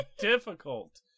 difficult